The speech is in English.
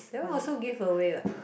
that one also give away what